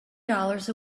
dollars